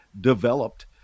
developed